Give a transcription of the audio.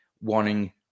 wanting